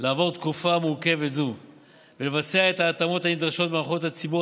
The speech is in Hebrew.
לעבור תקופה מורכבת זו ולבצע את ההתאמות הנדרשות במערכות הציבור